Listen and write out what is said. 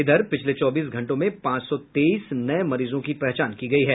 इधर पिछले चौबीस घंटों में पांच सौ तेईस नये मरीजों की पहचान हुई है